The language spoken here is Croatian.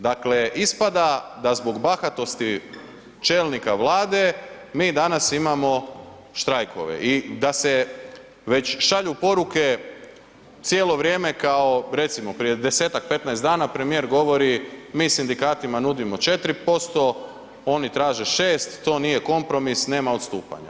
Dakle, ispada da zbog bahatosti čelnika Vlade mi danas imamo štrajkove i da se već šalju poruke cijelo vrijeme kao recimo, prije 10-tak, 15 dana, premijer govori, mi sindikatima nudimo 4%, oni traže 6, to nije kompromis, nema odstupanja.